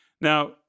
Now